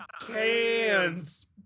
cans